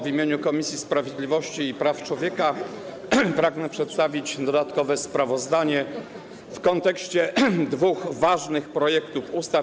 W imieniu Komisji Sprawiedliwości i Praw Człowieka pragnę przedstawić dodatkowe sprawozdanie w kontekście tych dwóch ważnych projektów ustaw.